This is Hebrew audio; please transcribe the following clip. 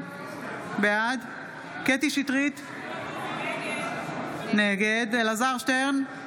בעד קטי שטרית נגד אלעזר שטרן,